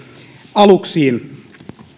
aluksiin